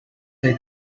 they